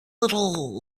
little